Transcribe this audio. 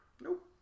Nope